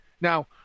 Now